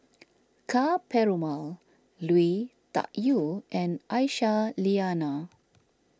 Ka Perumal Lui Tuck Yew and Aisyah Lyana